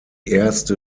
erste